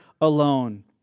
alone